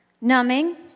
numbing